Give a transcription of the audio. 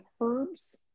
herbs